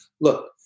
look